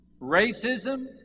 Racism